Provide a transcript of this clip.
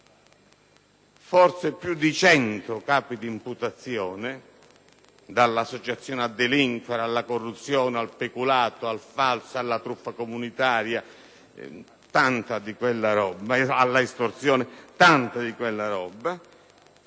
forse più di 100 capi di imputazione - dall'associazione a delinquere, alla corruzione, al peculato, al falso, alla truffa comunitaria, all'estorsione e tanto altro